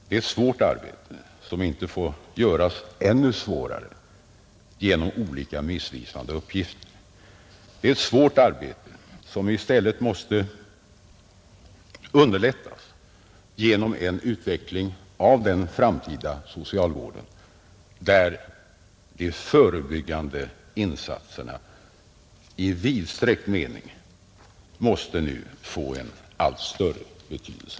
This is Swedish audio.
Det är ett svårt arbete som inte får göras ännu svårare genom olika missvisande uppgifter; det måste i stället underlättas genom en sådan utveckling av socialvården att de förebyggande insatserna i vidsträckt mening får en allt större betydelse.